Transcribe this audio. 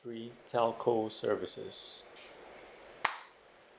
three telco services